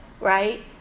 right